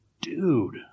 dude